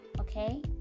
okay